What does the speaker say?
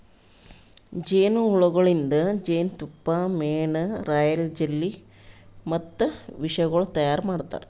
ಜೇನು ಹುಳಗೊಳಿಂದ್ ಜೇನತುಪ್ಪ, ಮೇಣ, ರಾಯಲ್ ಜೆಲ್ಲಿ ಮತ್ತ ವಿಷಗೊಳ್ ತೈಯಾರ್ ಮಾಡ್ತಾರ